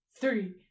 three